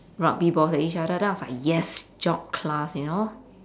rugby balls at each other then I was like yes jock class you know